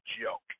joke